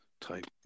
type